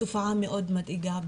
תופעה מאוד מדאיגה.